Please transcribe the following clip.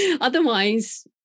Otherwise